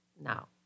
Now